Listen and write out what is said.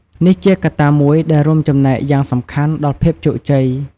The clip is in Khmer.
នេះជាកត្តាមួយដែលរួមចំណែកយ៉ាងសំខាន់ដល់ភាពជោគជ័យ។